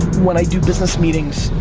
when i do business meetings,